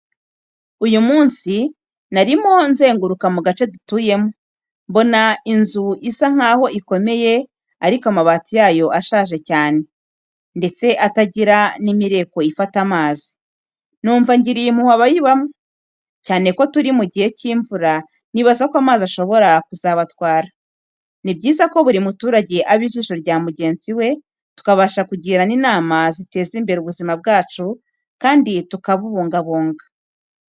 Uyu munsi, narimo nzenguruka mu gace dutuyemo, mbona inzu isa nk’aho ikomeye ariko amabati yayo ashaje cyane, ndetse atagira n’imireko ifata amazi. Numva ngiriye impungenge abayibamo, cyane ko turi mu gihe cy’imvura, nibaza ko amazi ashobora kuzabatwara. Ni byiza ko buri muturage aba ijisho rya mugenzi we, tukabasha kugirana inama ziteza imbere ubuzima bwacu kandi tunabubungabunga.